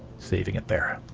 saving it there.